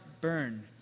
burn